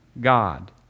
God